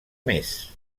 mes